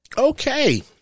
Okay